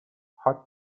hot